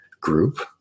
group